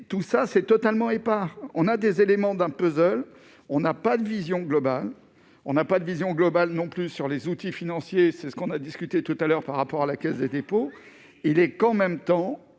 tout ça, c'est totalement épars, on a des éléments d'un puzzle on n'a pas de vision globale, on n'a pas de vision globale non plus sur les outils financiers, c'est ce qu'on a discuté tout à l'heure par rapport à la Caisse des dépôts, il est quand même temps